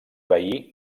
veí